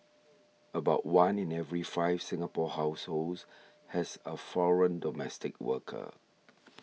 about one in every five Singapore households has a foreign domestic worker